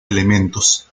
elementos